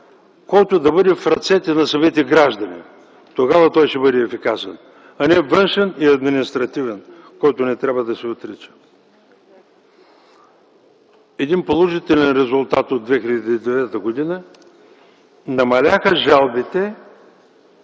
който да бъде в ръцете на самите граждани. Тогава той ще бъде ефикасен, а не външен и административен, който не трябва да се отрича. Един положителен резултат от 2009 г. Намаляха жалбите